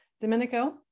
Domenico